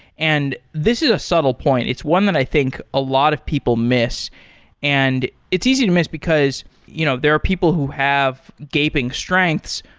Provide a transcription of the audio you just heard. and this is a subtle point. it's one that i think a lot of people miss and it's easy to miss, because you know there are people who have gaping strengths,